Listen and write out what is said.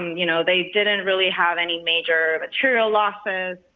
you know, they didn't really have any major material losses.